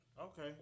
Okay